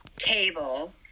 table